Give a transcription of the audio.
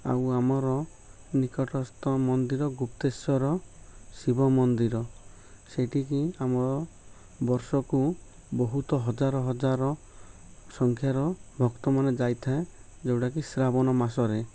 ଆଉ ଆମର ନିକଟସ୍ଥ ମନ୍ଦିର ଗୁପ୍ତେଶ୍ୱର ଶିବ ମନ୍ଦିର ସେଠିକି ଆମର ବର୍ଷକୁ ବହୁତ ହଜାର ହଜାର ସଂଖ୍ୟାର ଭକ୍ତମାନେ ଯାଇଥାଏ ଯେଉଁଟାକି ଶ୍ରାବଣ ମାସରେ